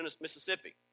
Mississippi